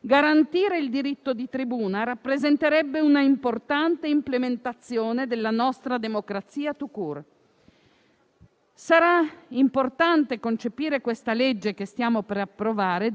Garantire il diritto di tribuna rappresenterebbe un'importante implementazione della nostra democrazia *tout-court*. Sarà dunque importante concepire la legge che stiamo per approvare